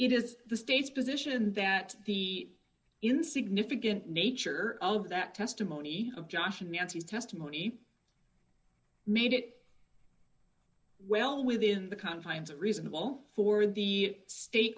it is the state's position that the in significant nature of that testimony of joshing nancy's testimony made it well within the confines of reasonable for the state